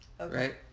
right